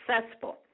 successful